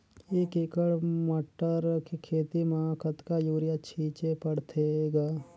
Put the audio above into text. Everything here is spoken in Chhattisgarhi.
एक एकड़ मटर के खेती म कतका युरिया छीचे पढ़थे ग?